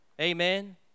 amen